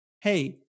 hey